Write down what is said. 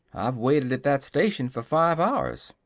i've waited at that station for five hours.